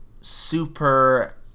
super